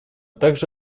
также